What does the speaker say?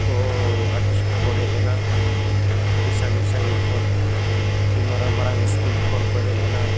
ᱠᱚ ᱟᱨᱴᱤᱥᱴ ᱠᱚᱠᱚ ᱦᱮᱡ ᱞᱮᱱᱟ ᱟᱹᱰᱤ ᱥᱟᱺᱜᱤᱧ ᱥᱟᱺᱜᱤᱧ ᱠᱷᱚᱱ ᱟᱹᱰᱤ ᱢᱟᱨᱟᱝ ᱢᱟᱨᱟᱝ ᱤᱥᱠᱩᱞ ᱠᱷᱚᱱ ᱠᱚ ᱦᱮᱡ ᱞᱮᱱᱟ